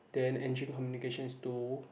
then engine communications is two